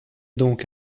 donc